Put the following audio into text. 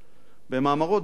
במאמרו "דת"